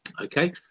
Okay